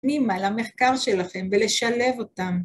נעימה למחקר שלכם ולשלב אותם.